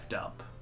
up